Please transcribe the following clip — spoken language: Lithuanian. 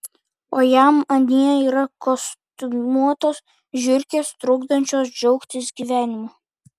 o jam anie yra kostiumuotos žiurkės trukdančios džiaugtis gyvenimu